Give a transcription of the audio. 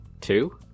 two